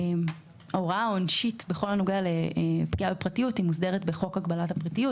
ההוראה העונשית בכל הנוגע לפגיעה בפרטיות מוסדרת בחוק הגבלת הפרטיות.